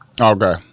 Okay